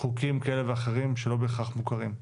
חוקים כאלה ואחרים שלא בהכרח מוכרים.